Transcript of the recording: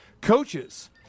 coaches